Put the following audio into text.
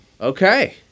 Okay